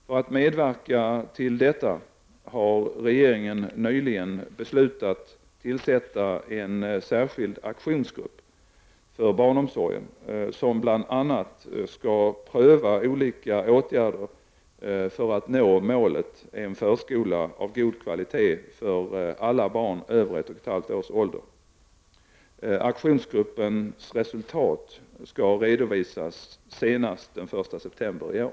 För att medverka till detta har regeringen nyligen beslutat tillsätta en särskild aktionsgrupp för barnomsorgen, som bl.a. skall pröva olika åtgärder för att nå målet en förskola av god kvalitet för alla barn över ett och ett halvt års ålder. Aktionsgruppens resultat skall redovisas senast den 1 september i år.